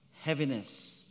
heaviness